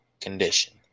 condition